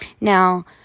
Now